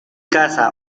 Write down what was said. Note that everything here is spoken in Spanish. casa